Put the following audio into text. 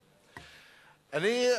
אני,